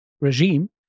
regime